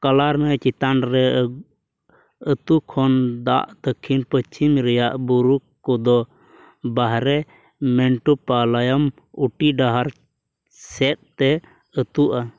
ᱠᱟᱞᱞᱟᱨ ᱱᱟᱹᱭ ᱪᱮᱛᱟᱱᱨᱮ ᱟᱹᱛᱩ ᱠᱷᱚᱱ ᱫᱟᱜ ᱫᱚᱠᱠᱷᱤᱱ ᱯᱚᱥᱪᱤᱢ ᱨᱮᱱᱟᱜ ᱵᱩᱨᱩ ᱠᱚᱫᱚ ᱵᱟᱦᱨᱮ ᱢᱮᱱᱴᱩᱯᱟᱞᱟᱣᱟᱢ ᱩᱴᱤ ᱰᱟᱦᱟᱨ ᱥᱮᱫᱛᱮ ᱟᱹᱛᱩᱜᱼᱟ